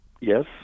Yes